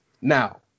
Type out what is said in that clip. Now